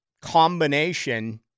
combination